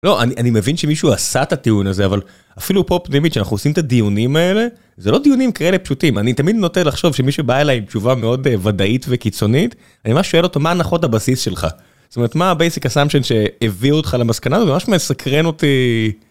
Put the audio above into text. לא א-א-אני מבין שמישהו עשה את הטיעון הזה אבל, אפילו פה פנימית, שאנחנו עושים את הדיונים האלה, זה לא דיונים כאלה פשוטים. אני תמיד נוטה לחשוב שמי שבא אליי עם תשובה מאוד ודאית וקיצונית, אני ממש שואל אותו מה הנחות הבסיס שלך. זאת אומרת מה ה- basic assumption ש-הביא אותך למסקנה, וממש מסקרן אותי...